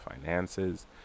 finances